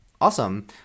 Awesome